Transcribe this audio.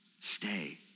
stay